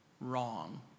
wrong